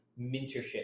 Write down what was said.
mentorship